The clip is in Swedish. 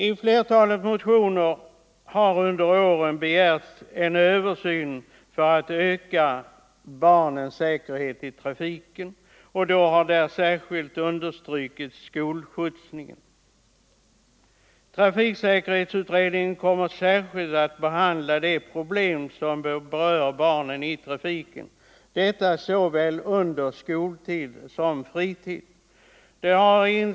I flertalet motioner har under åren begärts en översyn av bestämmelserna för att öka barnens säkerhet i trafiken, varvid särskilt skolskjutsningen har understrukits. Trafiksäkerhetsutredningen kommer speciellt att behandla de problem som berör barnen i trafiken, detta såväl under deras skoltid som under deras fritid.